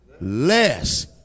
Less